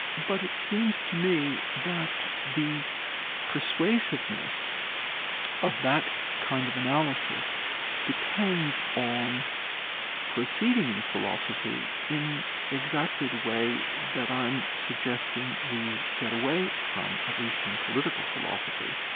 but it seems to me that the persuasiveness of that kind of analysis depends on proceeding in philosophy in exactly the way that i'm suggesting we get away from, at least in political philosophy,